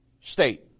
state